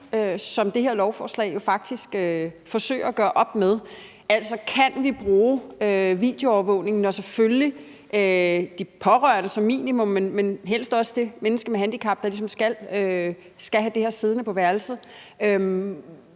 som det her lovforslag faktisk forsøger at gøre op med – altså, kan vi bruge videoovervågning, når selvfølgelig pårørende som minimum, men helst også det menneske med handicap, der ligesom skal have det her siddende på værelset,